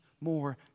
more